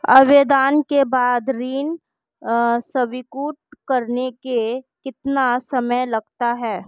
आवेदन के बाद ऋण स्वीकृत करने में कितना समय लगता है?